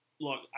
look